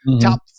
top